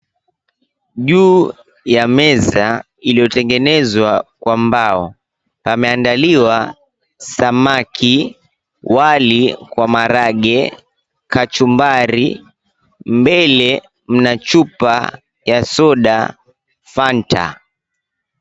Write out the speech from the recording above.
Juu ya meza iliyotengenezwa kwa mbao pameandaliwa samaki, wali kwa maharagwe kachumbari mbele mna chupa ya soda fanta.